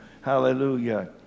Hallelujah